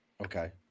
Okay